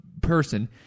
person